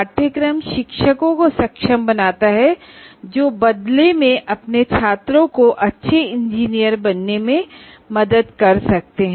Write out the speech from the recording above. यह शिक्षकों को सक्षम बनाता है जो बदले में अपने छात्रों को अच्छे इंजीनियर बनने में मदद करते हैं